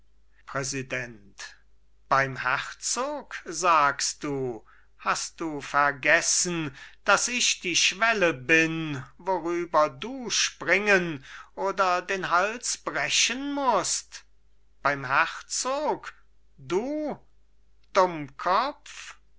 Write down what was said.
präsident beim herzog sagst du hast du vergessen daß ich die schwelle bin worüber du springen oder den hals brechen mußt beim herzog du dummkopf